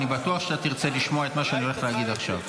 אני בטוח שאתה תרצה לשמוע את מה שאני הולך להגיד עכשיו.